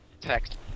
text